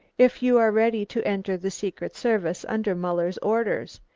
if you are ready to enter the secret service under muller's orders.